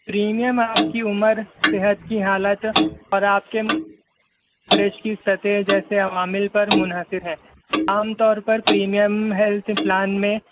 premium آپ کی عمر صحت کی حالت اور آپ کے کوریج کی سطح جیسے عوامل پر منحصر ہے عام طور پر پریمیم ہیلتھ پلان میں